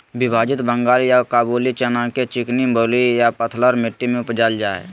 विभाजित बंगाल या काबूली चना के चिकनी बलुई या बलथर मट्टी में उपजाल जाय हइ